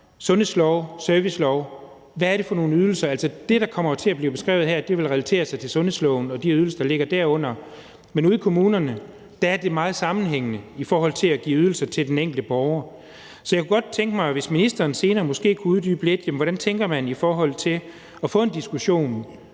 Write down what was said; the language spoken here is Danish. sundhedslov over for servicelov: Hvad er det for nogle ydelser? Altså, det, der kommer til at blive beskrevet her, vil relatere sig til sundhedsloven og de ydelser, der ligger derunder, men ude i kommunerne er de meget sammenhængende i forhold til at give ydelser til den enkelte borger. Så jeg kunne godt tænke mig, at ministeren senere måske kunne uddybe lidt om, hvordan man tænker i forhold til at få en diskussion